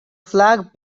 flag